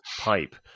pipe